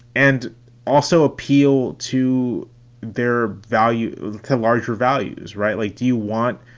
and also appeal to their value to larger values. right. like do you want,